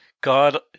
God